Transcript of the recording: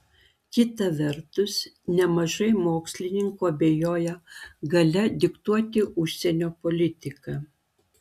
kita vertus nemažai mokslininkų abejoja galia diktuoti užsienio politiką